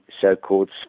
so-called